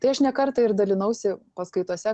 tai aš ne kartą ir dalinausi paskaitose